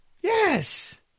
Yes